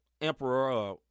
emperor